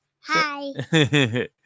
Hi